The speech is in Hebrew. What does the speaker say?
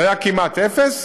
זה היה כמעט אפס